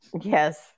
Yes